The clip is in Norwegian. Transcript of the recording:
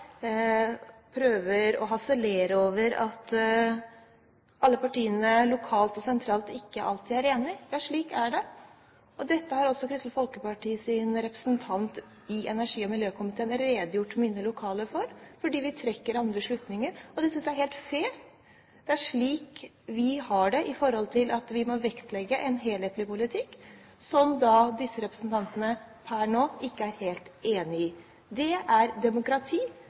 prøver å harselere over at alle partiene lokalt og sentralt ikke alltid er enige. Ja, slik er det. Dette har Kristelig Folkepartis representant i energi- og miljøkomiteen redegjort for for de lokale representanter, for vi trekker andre slutninger, og det syns jeg er helt fair. Det er slik vi har det. Vi må vektlegge en helhetlig politikk som disse representantene ikke alltid er helt enig i. Det er demokrati,